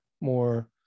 more